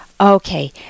Okay